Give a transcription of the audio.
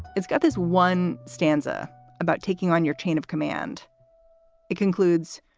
it's got this one stanza about taking on your chain of command it concludes,